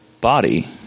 body